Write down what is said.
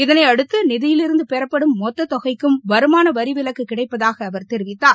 இதனையடுத்து நிதியிலிருந்து பெறப்படும் மொத்த தொகைக்கும் வருமான வரி விலக்கு கிடைப்பதாக அவர் தெரிவித்தார்